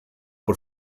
por